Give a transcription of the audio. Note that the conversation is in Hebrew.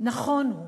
נכון הוא